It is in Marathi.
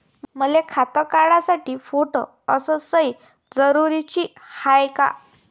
मले खातं काढासाठी फोटो अस सयी जरुरीची हाय का?